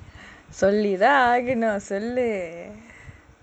சொல்லித்தான் ஆகனும் சொல்லு:sollithaan aaganumnu sollu